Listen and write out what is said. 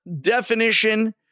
definition